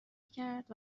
کرد